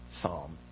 Psalm